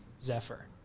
Zephyr